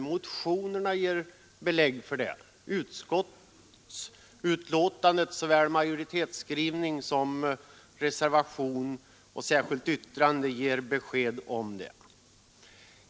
Motionerna ger belägg för det, utskottsbetänkandets såväl majoritetsskrivning som reservation och särskilda yttrande ger besked om det.